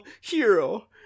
hero